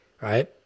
right